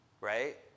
right